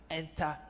enter